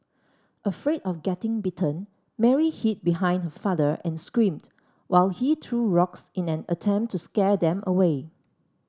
afraid of getting bitten Mary hid behind her father and screamed while he threw rocks in an attempt to scare them away